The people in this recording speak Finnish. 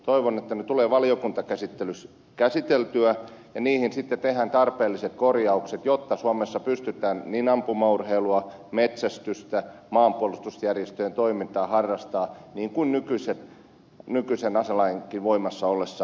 toivon että ne tulevat valiokunnassa käsiteltyä ja niihin sitten tehdään tarpeelliset korjaukset jotta suomessa pystytään ampumaurheilua metsästystä maanpuolustusjärjestöjen toimintaa harrastamaan niin kuin nykyisenkin aselain voimassa ollessa on pystytty